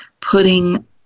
putting